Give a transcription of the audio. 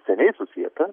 seniai susieta